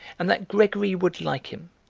and that gregory would like him,